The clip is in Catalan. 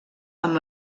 amb